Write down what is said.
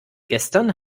gestern